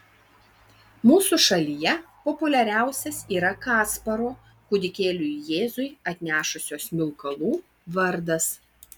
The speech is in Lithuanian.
mūsų šalyje populiariausias yra kasparo kūdikėliui jėzui atnešusio smilkalų vardas